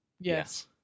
Yes